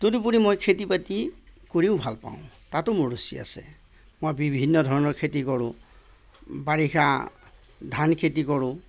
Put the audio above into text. তদুপৰি মই খেতি বাতি কৰিও ভালপাওঁ তাতো মোৰ ৰুচি আছে মই বিভিন্ন ধৰণৰ খেতি কৰোঁ বাৰিষা ধান খেতি কৰোঁ